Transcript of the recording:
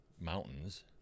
mountains